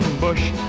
bush